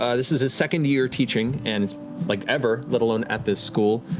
um this is his second year teaching and like ever, let alone at this school.